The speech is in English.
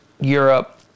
Europe